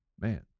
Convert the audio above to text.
Man